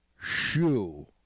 shoe